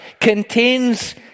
contains